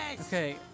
Okay